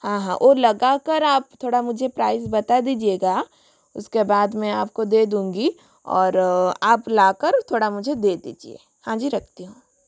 हाँ हाँ वह लगा कर आप थोड़ा मुझे प्राइस बता दीजिएगा उसके बाद मैं आपको दे दूँगी और आप लाकर थोड़ा मुझे दे दीजिए हाँ जी रखती हूँ